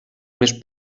més